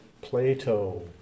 Plato